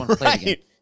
right